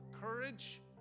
courage